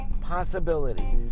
possibility